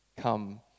come